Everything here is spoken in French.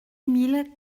mille